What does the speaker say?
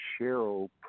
Cheryl